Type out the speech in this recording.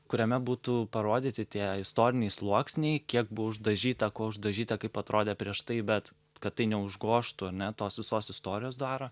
kuriame būtų parodyti tie istoriniai sluoksniai kiek buvo uždažyta ko uždažyta kaip atrodė prieš tai bet kad tai neužgožtų ane tos visos istorijos dvaro